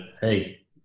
hey